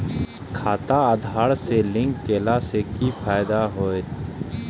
खाता आधार से लिंक केला से कि फायदा होयत?